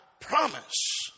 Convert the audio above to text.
promise